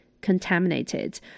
contaminated